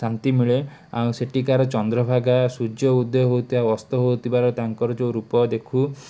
ଶାନ୍ତି ମିଳେ ଆଉ ସେଠିକାର ଚନ୍ଦ୍ରଭାଗା ସୂର୍ଯ୍ୟଉଦୟ ହୋଉଥିବା ଅସ୍ତ ହୋଉଥିବାର ତାଙ୍କର ଯେଉଁ ରୂପ ଦେଖୁ